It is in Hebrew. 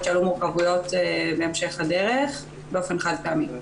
שעלו מורכבויות בהמשך הדרך באופן חד פעמי.